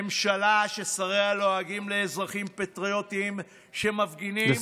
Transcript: ממשלה ששריה לועגים לאזרחים פטריוטים שמפגינים,